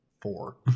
Four